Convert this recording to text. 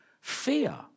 fear